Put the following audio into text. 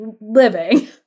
living